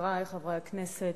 חברי חברי הכנסת,